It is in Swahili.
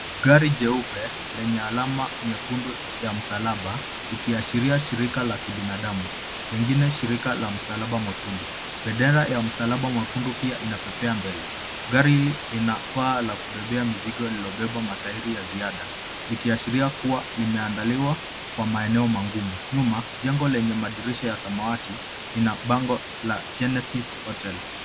Gari jeupe lenye alama nyekundu ya msalaba, ikiashiria shirika la kibinadamu pengine shirika la msalaba mwekundu. Bendera ya msalaba mwekundu pia inapepea mbele. Gari hili lina paa la kubebea mizigo lililobeba matairi ya ziada ikiashiria kuwa limeandaliwa kwa maeneo magumu. Nyuma, jengo lenye madirisha ya samawati ina bango la Genesis Hotel.